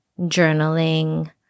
journaling